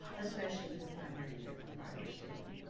especially for primary care providers, erin.